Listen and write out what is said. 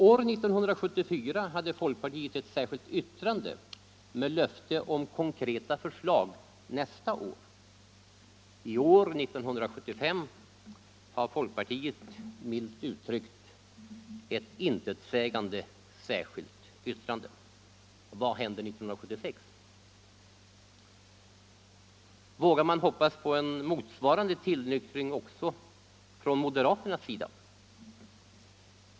År 1974 hade folkpartiet ett särskilt yttrande med löfte om konkreta förslag nästa år. I år, 1975, har folkpartiet ett, milt uttryckt, intetsägande särskilt yttrande. Vad händer 1976? Vågar man hoppas på en motsvarande tillnyktring också från moderaternas sida?